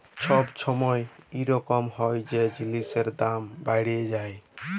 ছব ছময় ইরকম হ্যয় যে জিলিসের দাম বাড়্হে যায়